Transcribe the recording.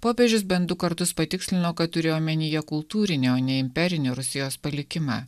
popiežius bent du kartus patikslino kad turėjo omenyje kultūrinio ne imperinio rusijos palikimą